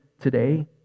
today